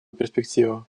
перспективу